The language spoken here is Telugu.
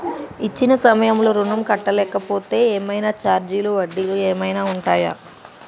ఇచ్చిన సమయంలో ఋణం కట్టలేకపోతే ఏమైనా ఛార్జీలు వడ్డీలు ఏమైనా ఉంటయా?